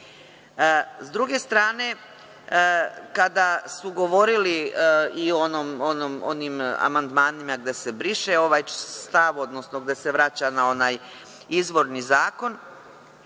druge strane, kada su govorili i o onim amandmanima gde se briše ovaj stav, odnosno gde se vraća na onaj izvorni zakon,